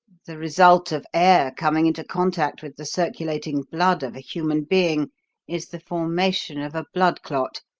the result of air coming into contact with the circulating blood of a human being is the formation of a blood-clot,